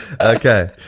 Okay